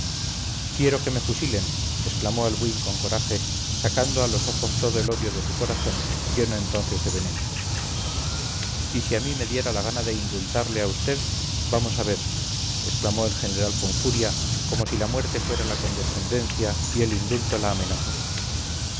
quiero que me fusilen exclamó albuín con coraje sacando a los ojos todo el odio de su corazón lleno entonces de veneno y si a mí me diera la gana de indultarle a usted vamos a ver exclamó el general con furia como si la muerte fuera la condescendencia y el indulto la amenaza